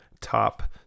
top